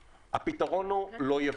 הפתרון הוא לא יבוא.